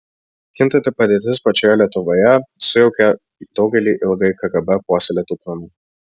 kintanti padėtis pačioje lietuvoje sujaukė daugelį ilgai kgb puoselėtų planų